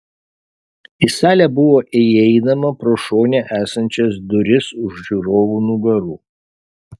į salę buvo įeinama pro šone esančias duris už žiūrovų nugarų